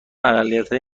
اقلیتهای